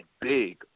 big